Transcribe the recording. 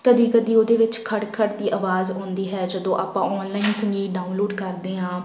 ਕਦੀ ਕਦੀ ਉਹਦੇ ਵਿੱਚ ਖੜ ਖੜ ਦੀ ਆਵਾਜ਼ ਆਉਂਦੀ ਹੈ ਜਦੋਂ ਆਪਾਂ ਔਨਲਾਈਨ ਸੰਗੀਤ ਡਾਊਨਲੋਡ ਕਰਦੇ ਹਾਂ